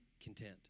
content